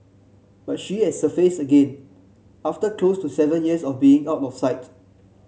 but she has surfaced again after close to seven years of being out of sight